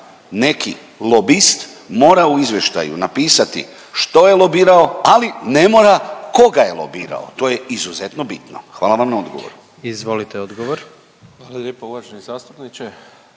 neki lobist mora u izvještaju napisati što je lobirao ali ne mora koga je lobirao? To je izuzetno bitno. Hvala vam na odgovoru. **Jandroković, Gordan